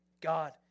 God